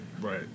Right